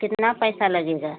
कितना पैसा लगेगा